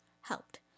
helped